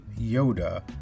Yoda